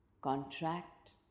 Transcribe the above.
contract